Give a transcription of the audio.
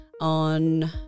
on